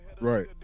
Right